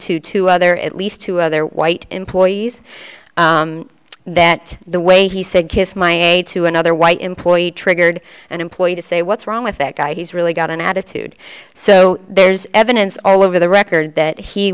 to two other at least two other white employees that the way he said kiss my a to another white employee triggered an employee to say what's wrong with that guy he's really got an attitude so there's evidence all over the record that he